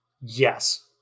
Yes